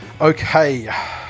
Okay